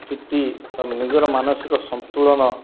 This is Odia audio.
ସ୍ଥିତି ଏବଂ ନିଜର ମାନସିକ ସନ୍ତୁଳନ